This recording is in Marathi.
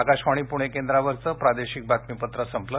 आकाशवाणी पृणे केंद्रावरचं प्रादेशिक बातमीपत्र संपलं